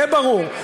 זה ברור.